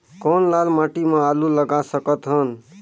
कौन लाल माटी म आलू लगा सकत हन?